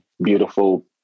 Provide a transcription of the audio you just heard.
beautiful